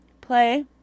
play